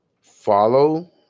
follow